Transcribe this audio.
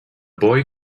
boy